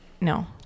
No